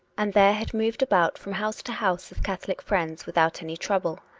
and there had moved about from house to house of catholic friends without any trouble.